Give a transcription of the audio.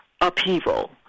upheaval